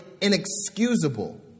inexcusable